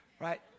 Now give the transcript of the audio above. Right